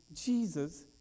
Jesus